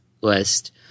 list